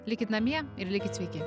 likit namie ir likit sveiki